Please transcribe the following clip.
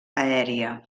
aèria